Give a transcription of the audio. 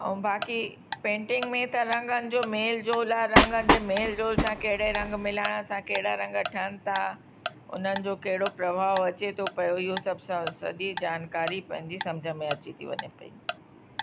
ऐ बाक़ी पेंटिंग में त रंगनि जो मेल जोल आहे रंगनि जे मोल जोल सां कहिड़े रंग मिलाइण सां कहिड़ा रंग ठहण था उन्हनि जो कहिड़ो प्रभाव अचे थो पियो इहो सभु स सॼी जानकरी पंहिंजी सम्झि में अची थी वञे पई